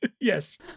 Yes